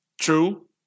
True